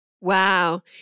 Wow